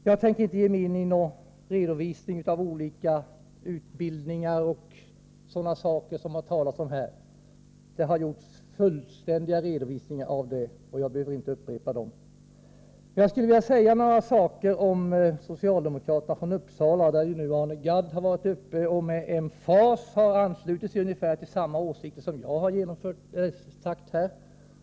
Jag skall inte redovisa de olika utbildningar som det rör sig om. Fullständiga sådana redovisningar har redan gjorts. Låt mig i stället säga något om socialdemokraterna från Uppsala. Arne Gadd har med emfas anslutit sig till ungefär samma åsikter som jag här har talat för.